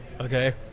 okay